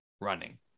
running